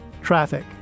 Traffic